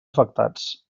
afectats